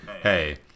hey